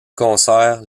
concert